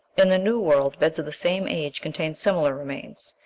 in the new world beds of the same age contain similar remains,